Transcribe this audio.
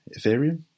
ethereum